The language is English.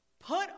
Put